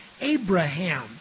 Abraham